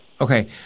okay